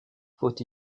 faut